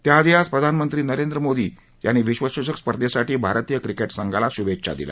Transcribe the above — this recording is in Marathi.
त्या आधी आज प्रधानमंत्री नरेंद्र मोदी यांनी विश्वचषक स्पर्धेसाठी भारतीय क्रिकेट संघाला शुभेच्छा दिल्या